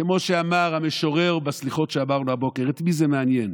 כמו שאמר המשורר בסליחות שאמרנו הבוקר: את מי זה מעניין.